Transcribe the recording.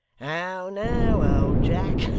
how now, old jack!